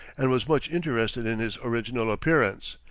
and was much interested in his original appearance,